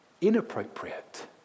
inappropriate